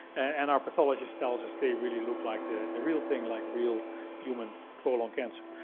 and our pathologist tells us they really look like the the real thing, like real human colon cancer.